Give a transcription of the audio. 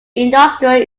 industrial